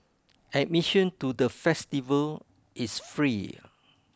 admission to the festival is free